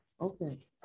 okay